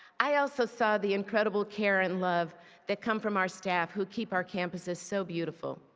i also saw the incredible care and love that come from our staff who keep our campuses so beautiful.